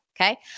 Okay